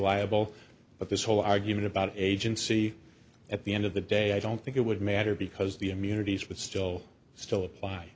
liable but this whole argument about agency at the end of the day i don't think it would matter because the immunities would still still apply